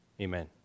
Amen